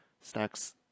snacks